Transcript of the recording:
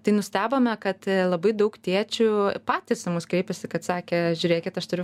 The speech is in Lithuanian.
tai nustebome kad labai daug tėčių patys į mus kreipiasi kad sakė žiūrėkit aš turiu